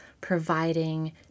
providing